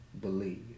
believe